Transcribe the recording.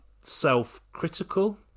self-critical